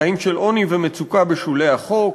חיים של עוני ומצוקה בשולי החוק.